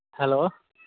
hello